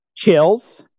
Chills